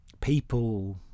people